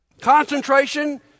Concentration